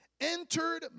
entered